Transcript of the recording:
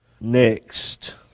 Next